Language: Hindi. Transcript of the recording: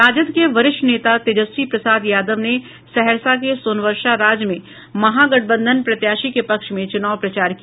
राजद के वरिष्ठ नेता तेजस्वी प्रसाद यादव ने सहरसा के सोनवर्षा राज में महागठबंधन प्रत्याशी के पक्ष में चुनाव प्रचार किया